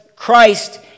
Christ